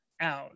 out